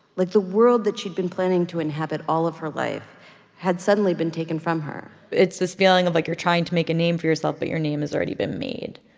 like the world that she'd been planning to inhabit all of her life had suddenly been taken from her it's this feeling of, like, you're trying to make a name for yourself. but your name has already been made.